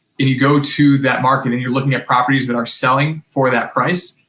and you go to that market and you're looking at properties that are selling for that price,